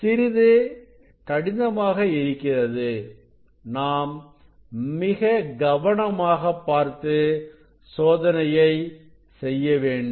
சிறிது கடினமாக இருக்கிறது நாம் மிக கவனமாக பார்த்து சோதனையை செய்ய வேண்டும்